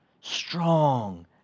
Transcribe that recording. strong